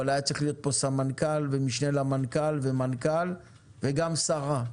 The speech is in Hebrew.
אבל היה צריך להיות סמנכ"ל ומשנה למנכ"ל ומנכ"ל וגם השרה.